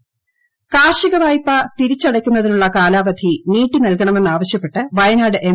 രാഹുൽ ഗാന്ധി കാർഷിക വായ്പ തിരിച്ചടക്കുന്നതിനുള്ള കാലാവധി നീട്ടിനൽകണമെന്നാവശ്യപ്പെട്ട് വയനാട് എം